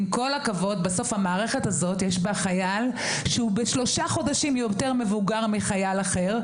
בסוף המערכת הזאת יש בה חייל שהוא בשלושה חודשים יותר מבוגר מחייל אחר,